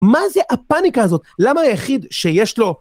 מה זה הפאניקה הזאת? למה היחיד שיש לו...